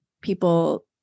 people